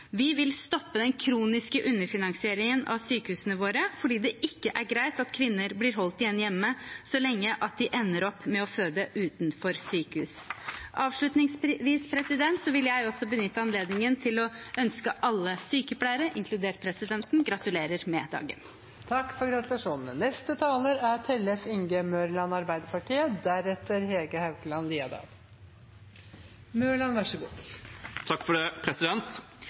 Vi vil stoppe den kroniske underfinansieringen av sykehusene våre fordi det ikke er greit at kvinner blir holdt igjen hjemme så lenge at de ender opp med å føde utenfor sykehus. Avslutningsvis vil jeg også benytte anledningen til å gratulere alle sykepleiere, inkludert presidenten, med dagen! Takk for gratulasjonen! Nasjonal helse- og sykehusplan peker på veien videre de neste fire årene for vår felles helsetjeneste. Et sentralt område i så